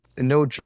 no